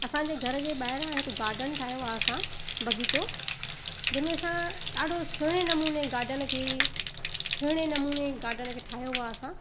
असांजे घर जे ॿाहिरां हिक गाडन ठाहियो आहे असां बाग़ीचो जंहिं में असां ॾाढो सुहिणे नमूने गाडन खे सुहिणे नमूने गाडन खे ठाहियो आहे असां